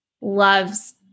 loves